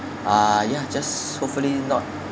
ah yeah just hopefully not